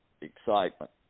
excitement